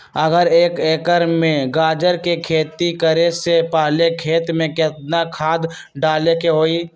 अगर एक एकर में गाजर के खेती करे से पहले खेत में केतना खाद्य डाले के होई?